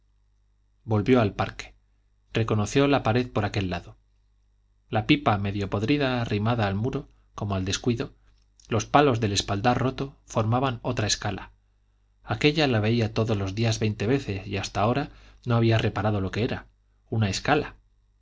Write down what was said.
volvió al parque reconoció la pared por aquel lado la pipa medio podrida arrimada al muro como al descuido los palos del espaldar roto formaban otra escala aquella la veía todos los días veinte veces y hasta ahora no había reparado lo que era una escala